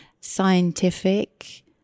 scientific